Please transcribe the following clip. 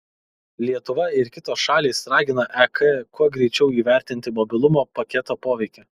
lietuva ir kitos šalys ragina ek kuo greičiau įvertinti mobilumo paketo poveikį